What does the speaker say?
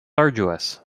arduous